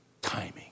timing